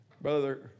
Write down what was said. Brother